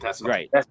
Right